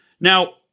Now